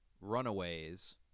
runaways